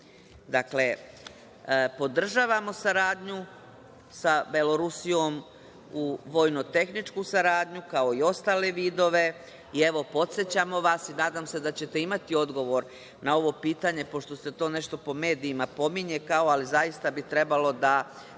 vi. Dakle, podržavamo saradnju sa Belorusijom u vojno-tehničku saradnju, kao i ostale vidove i evo podsećamo vas, nadamo se da ćemo imati odgovor na ovo pitanje pošto se to po medijima pominje, ali zaista bi trebalo da